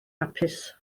hapus